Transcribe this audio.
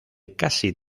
casi